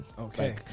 Okay